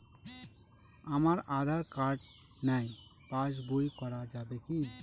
আমার আঁধার কার্ড নাই পাস বই করা যাবে কি?